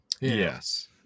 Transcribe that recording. Yes